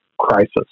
crisis